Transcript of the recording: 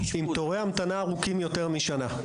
עם תורי המתנה ארוכים יותר משנה.